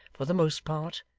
for the most part,